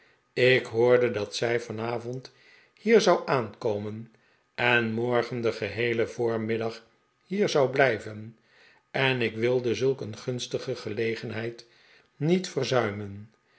ik hoorde dat zij vanavond hier zou aankomen en morgen den geheelen voormiddag hier zou blijven en ik wilde zulk een gunstige gelegenheid niet verzuimen